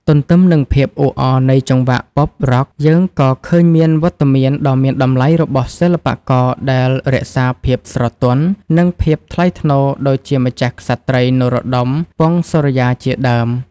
ទន្ទឹមនឹងភាពអ៊ូអរនៃចង្វាក់ ប៉ុប-រ៉ក់ (Pop-Rock) យើងក៏ឃើញមានវត្តមានដ៏មានតម្លៃរបស់សិល្បករដែលរក្សាភាពស្រទន់ និងភាពថ្លៃថ្នូរ ដូចជាម្ចាស់ក្សត្រី នរោត្តម ពង្សសូរិយា ជាដើម។